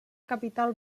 capital